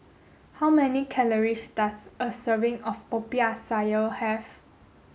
how many calories does a serving of Popiah Sayur have